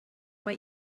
mae